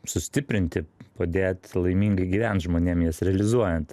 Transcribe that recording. sustiprinti padėt laimingai gyvent žmonėm jas realizuojant